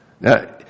Now